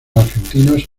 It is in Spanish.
argentinos